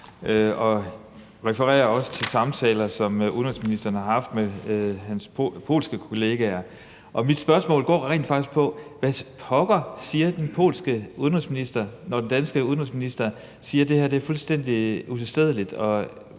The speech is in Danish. der refereres også til samtaler, som udenrigsministeren har haft med sin polske kollega. Og mit spørgsmål går rent faktisk på: Hvad pokker siger den polske udenrigsminister, når den danske udenrigsminister siger, at det her er fuldstændig utilstedeligt